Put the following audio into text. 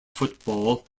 football